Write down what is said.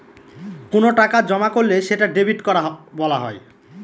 কোনো টাকা জমা করলে সেটা ডেবিট করা বলা হয়